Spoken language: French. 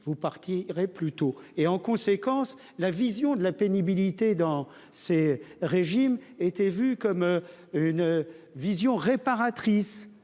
Vous partirez plutôt et en conséquence, la vision de la pénibilité dans ces régimes était vu comme. Une vision réparatrice